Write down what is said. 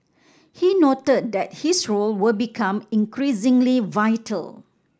he noted that this role will become increasingly vital